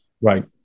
Right